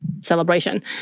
celebration